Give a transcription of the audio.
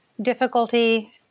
difficulty